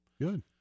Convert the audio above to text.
Good